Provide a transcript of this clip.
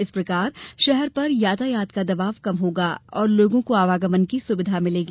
इस प्रकार शहर पर यातायात का दबाव कम होगा और लोगों को आवागमन की सुविधा मिलेगी